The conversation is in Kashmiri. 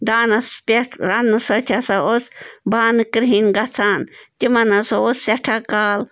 دانَس پٮ۪ٹھ رَنٛنہٕ سۭتۍ ہَسا اوس بانہٕ کِرٛہِنۍ گژھان تِمَن ہَسا اوس سٮ۪ٹھاہ کال